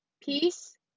peace